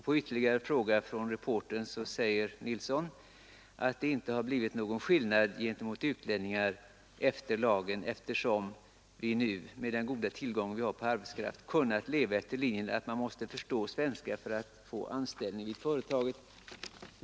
På ytterligare en fråga från reportern sade Sten Nilsson att det inte har blivit någon skillnad mot utlänningar efter lagens tillkomst ”eftersom vi nu med den goda tillgång vi har på arbetskraft kunnat leva efter principen att man måste förstå svenska för att få anställning vid företaget”.